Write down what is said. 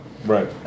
Right